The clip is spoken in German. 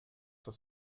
das